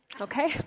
okay